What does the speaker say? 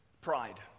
Pride